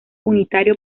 unitario